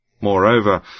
Moreover